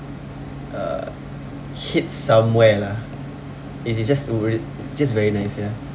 uh hits somewhere lah it it's just worr~ it's just very nice ya